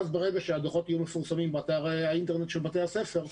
ברגע שהדוחות יהיו מפורסמים באתר האינטרנט של בתי הספר,